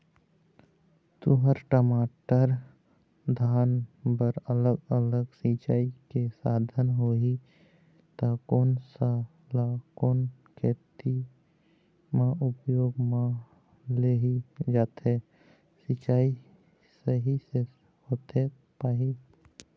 तुंहर, टमाटर, धान बर अलग अलग सिचाई के साधन होही ता कोन सा ला कोन खेती मा उपयोग मा लेहे जाथे, सिचाई सही से होथे पाए?